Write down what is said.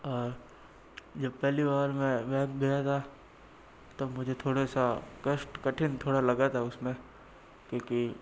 और जब पहली बार मैं बैंक गया था तब मुझे थोड़ा सा कष्ट कठिन थोड़ा लगा था उसमें क्योंकि